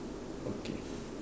okay